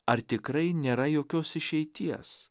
ar tikrai nėra jokios išeities